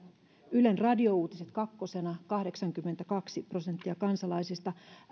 ylen radiouutiset kakkosena kahdeksankymmentäkaksi prosenttia kansalaisista